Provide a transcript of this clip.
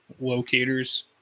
locators